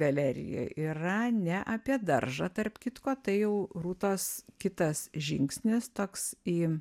galerijoj yra ne apie daržą tarp kitko tai jau rūtos kitas žingsnis toks į